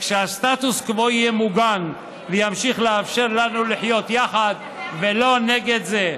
רק שהסטטוס קוו יהיה מוגן וימשיך לאפשר לנו לחיות יחד ולא זה נגד זה.